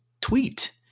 tweet